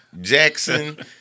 Jackson